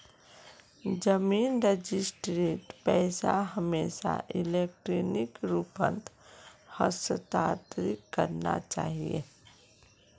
जमीन रजिस्ट्रीर पैसा हमेशा इलेक्ट्रॉनिक रूपत हस्तांतरित करना चाहिए